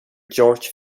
george